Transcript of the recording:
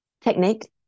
technique